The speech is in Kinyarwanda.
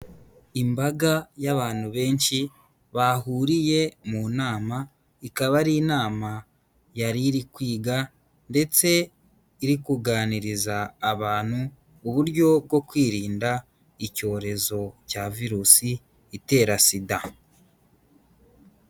Imbaga y'abantu benshi bahuriye mu nama, ikaba ari inama yari iri kwiga ndetse iri kuganiriza abantu uburyo bwo kwirinda icyorezo cya virusi itera SIDA.